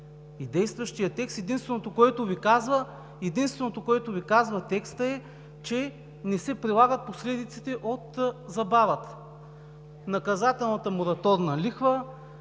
И действащият текст – единственото, което Ви казва, е, че не се прилагат последиците от забавата. Наказателната мораторна лихва,